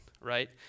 right